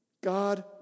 God